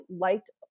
liked